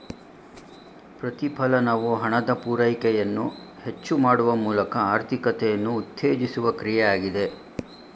ಪ್ರತಿಫಲನವು ಹಣದ ಪೂರೈಕೆಯನ್ನು ಹೆಚ್ಚು ಮಾಡುವ ಮೂಲಕ ಆರ್ಥಿಕತೆಯನ್ನು ಉತ್ತೇಜಿಸುವ ಕ್ರಿಯೆ ಆಗಿದೆ